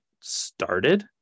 started